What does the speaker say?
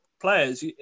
players